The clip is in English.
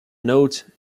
note